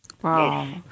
Wow